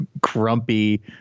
grumpy